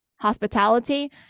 hospitality